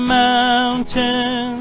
mountains